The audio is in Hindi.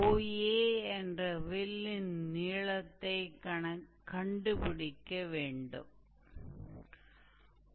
तो यह मूल रूप से 𝑥2𝑎 है